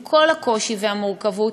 עם כל הקושי והמורכבות,